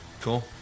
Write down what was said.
Cool